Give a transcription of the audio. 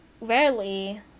rarely